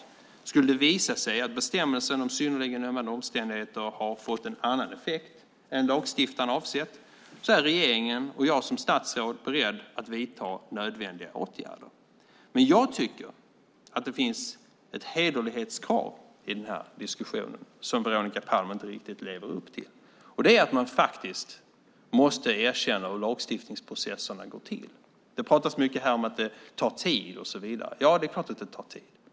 Om det skulle visa sig att bestämmelsen om synnerligen ömmande omständigheter har fått en annan effekt än lagstiftaren avsett är regeringen och jag som statsråd beredd att vidta nödvändiga åtgärder. Men jag tycker att det finns ett hederlighetskrav i diskussionen som Veronica Palm inte riktigt lever upp till. Det handlar om att man måste erkänna hur lagstiftningsprocesserna går till. Det pratas mycket här om att det tar tid och så vidare. Det är klart att det tar tid.